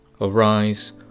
Arise